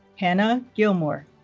hannah gilmore